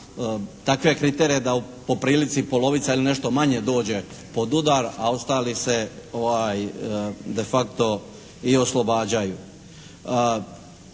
takve kriterije da po prilici polovica ili nešto manje dođe pod udar a ostali se de facto i oslobađaju.